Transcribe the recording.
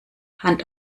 hand